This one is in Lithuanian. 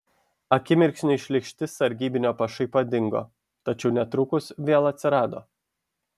akimirksniui šlykšti sargybinio pašaipa dingo tačiau netrukus vėl atsirado